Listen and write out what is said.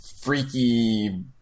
freaky